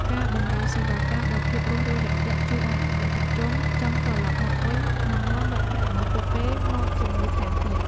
ការបម្រើសេវាកម្មដោយភាពរួសរាយរាក់ទាក់ជួយឱ្យអតិថិជនចង់ត្រឡប់មកវិញ និងនាំមិត្តភក្តិរបស់ពួកគេមកជាមួយថែមទៀត។